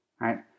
right